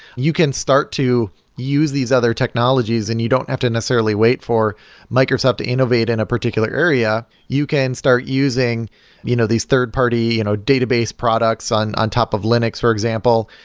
you can start to use these other technologies and you don't have to necessarily wait for microsoft to innovate in a particular area. you can start using you know these third-party you know database products on on top of linux, for example,